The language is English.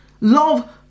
Love